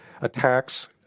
attacks